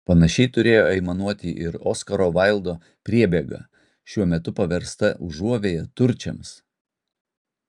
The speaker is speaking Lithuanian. panašiai turėjo aimanuoti ir oskaro vaildo priebėga šiuo metu paversta užuovėja turčiams